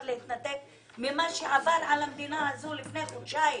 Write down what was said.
להתנתק ממה שעבר על המדינה הזו לפני חודשיים